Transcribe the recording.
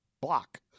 block